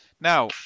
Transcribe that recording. Now